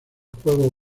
juego